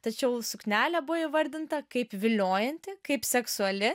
tačiau suknelė buvo įvardinta kaip viliojanti kaip seksuali